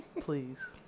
please